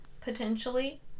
potentially